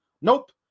Nope